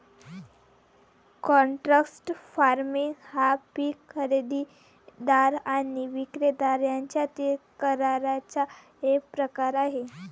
contract farming हा पीक खरेदीदार आणि विक्रेता यांच्यातील कराराचा एक प्रकार आहे